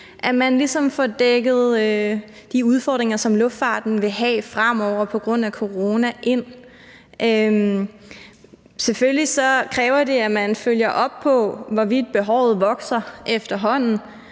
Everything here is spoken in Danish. ligesom får dækket de udfordringer ind, som luftfarten vil have fremover på grund af corona. Selvfølgelig kræver det, at man følger op på, hvorvidt behovet vokser efterhånden,